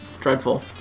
dreadful